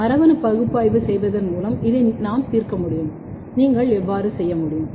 மரபணு பகுப்பாய்வு செய்வதன் மூலம் இதை நாம் தீர்க்க முடியும் நீங்கள் எவ்வாறு செய்ய முடியும்